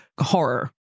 horror